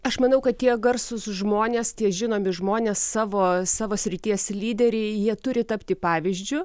aš manau kad tie garsūs žmonės tie žinomi žmonės savo savo srities lyderiai jie turi tapti pavyzdžiu